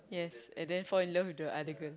yes and then fall in love with the other girl